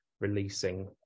releasing